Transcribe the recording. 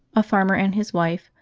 a farmer and his wife,